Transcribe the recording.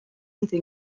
entre